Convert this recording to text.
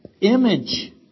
image